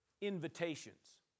invitations